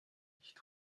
nicht